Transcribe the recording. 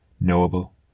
knowable